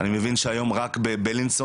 אני מבין שהיום רק בבי"ח "שניידר",